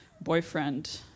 boyfriend